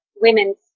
women's